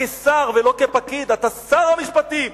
כשר ולא כפקיד: אתה שר המשפטים,